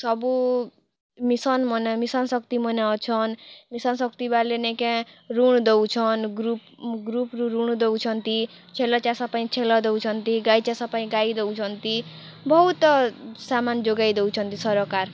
ସବୁ ମିଶନ୍ ମନେ ମିଶନ୍ ଶକ୍ତି ମନେ ଅଛନ୍ ମିଶନ୍ ଶକ୍ତି ବାଲେ ନେଇକେଁ ଋଣ ଦଉଛନ୍ ଗ୍ରୁପ୍ ଗ୍ରୁପ୍ରୁ ଋଣ ଦେଉଛନ୍ତି ଛେଲ ଚାଷ ପାଇଁ ଛେଲ ଦେଉଛନ୍ତି ଗାଈ ଚାଷ ପାଇଁ ଗାଈ ଦେଉଛନ୍ତି ବହୁତ ସାମାନ ଯୋଗାଇ ଦେଉଛନ୍ତି ସରକାର